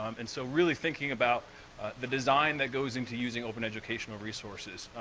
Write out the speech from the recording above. um and so really thinking about the design that goes into using open educational resources.